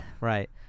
right